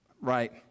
Right